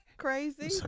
Crazy